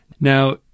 Now